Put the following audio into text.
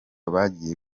bagiye